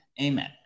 Amen